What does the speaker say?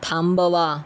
थांबवा